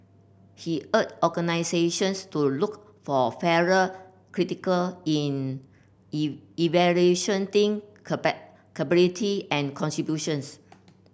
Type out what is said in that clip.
he urged organisations to look for fairer critical in evaluation capability and contributions